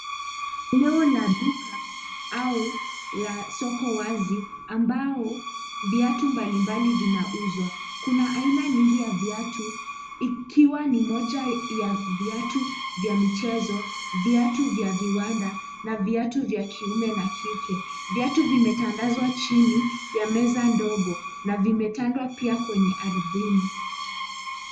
Eneo la duka au la soko wazi ambao viatu mbalimbali vinauzwa. Kuna aina nyingi ya viatu ikiwa ni moja ya viatu vya mchezo, viatu vya viwanda na viatu vya kiume na kike. Viatu vimetandazwa chini ya meza ndogo na vimetandwa pia kwenye ardhini.